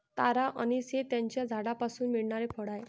तारा अंनिस हे त्याच्या झाडापासून मिळणारे फळ आहे